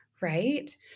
right